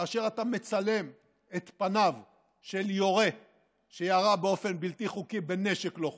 כאשר אתה מצלם את פניו של יורה שירה באופן בלתי חוקי בנשק לא חוקי,